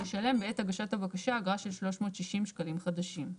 ישלם בעת הגשת הבקשה אגרה של 360 שקלים חדשים.